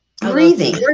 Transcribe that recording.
breathing